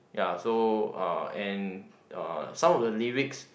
ya so uh and uh some of the lyrics